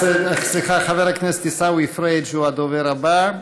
חבר הכנסת עיסאווי פריג' הוא הדובר הבא.